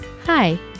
Hi